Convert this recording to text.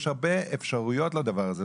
יש הרבה אפשרויות לדבר הזה,